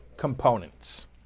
components